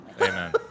Amen